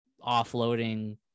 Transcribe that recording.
offloading